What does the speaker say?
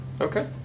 Okay